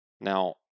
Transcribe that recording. Now